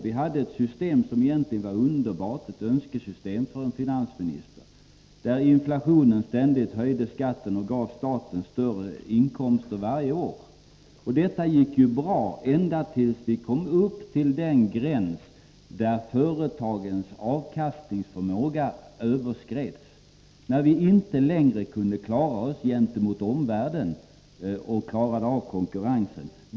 Vi hade ett system som egentligen var underbart, ett önskesystem för en finansminister, där inflationen ständigt höjde skatten och gav staten större inkomster varje år. Detta gick ju bra ända tills vi kom till den gräns där företagens avkastningsförmåga överskreds, och när vi inte längre kunde klara av konkurrensen från omvärlden.